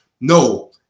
No